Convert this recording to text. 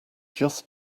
just